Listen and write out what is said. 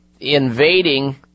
invading